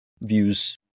views